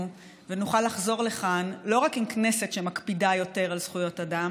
ונוכל לחזור לכאן לא רק עם כנסת שמקפידה יותר על זכויות אדם